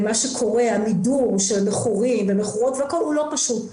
המידור של מכורים ומכורות הוא לא פשוט.